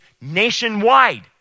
nationwide